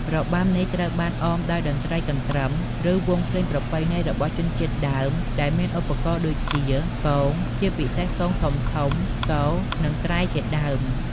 របាំនេះត្រូវបានអមដោយតន្ត្រីកន្ទ្រឹម ឬវង់ភ្លេងប្រពៃណីរបស់ជនជាតិដើម ដែលមានឧបករណ៍ដូចជា គង ជាពិសេសគងធំៗ ស្គរ និងត្រែជាដើម។